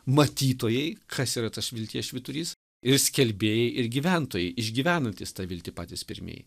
matytojai kas yra tas vilties švyturys ir skelbėjai ir gyventojai išgyvenantys tą viltį patys pirmieji